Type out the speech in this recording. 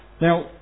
Now